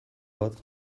bat